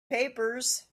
papers